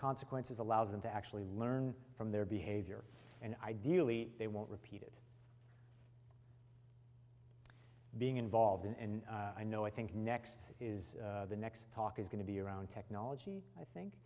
consequences allows them to actually learn from their behavior and ideally they won't repeat it being involved in and i know i think next is the next talk is going to be around technology i think